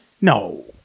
No